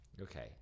Okay